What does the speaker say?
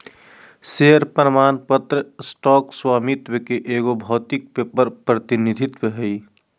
share प्रमाण पत्र stock स्वामित्व के एगो भौतिक पेपर प्रतिनिधित्व हइ